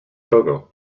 togo